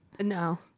No